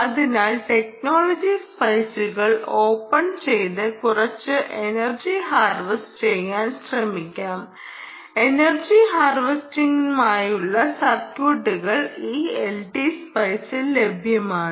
അതിനാൽ ടെക്നോളജി സ്പൈസുകൾ ഓപ്പൺ ചെയ്ത് കുറച്ച് എനർജി ഹാർവെസ്റ്റിംഗ് ചെയ്യാൻ ശ്രമിക്കാം എനർജി ഹാർവെസ്റ്റിംഗിനായുളള സർക്യൂട്ടുകൾ ഈ എൽടി സ്പൈസിൽ ലഭ്യമാണ്